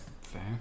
Fair